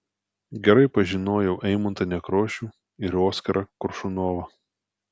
gerai pažinojau eimuntą nekrošių ir oskarą koršunovą